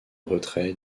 retrait